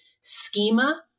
schema